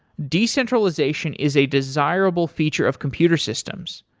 decentralization is a desirable feature of computer systems.